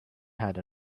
had